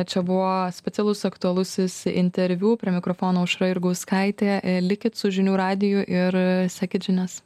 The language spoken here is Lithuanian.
čia buvo specialus aktualusis interviu prie mikrofono aušra jurgauskaitė likit su žinių radiju ir sekit žinias